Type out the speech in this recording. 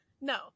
no